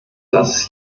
das